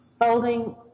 Folding